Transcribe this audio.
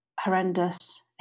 horrendous